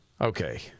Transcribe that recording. Okay